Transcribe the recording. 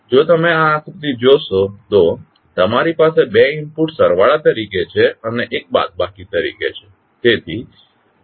જો તમે આ આકૃતિ જોશો તો તમારી પાસે બે ઇનપુટ્સ સરવાળા તરીકે છે અને એક બાદબાકી તરીકે છે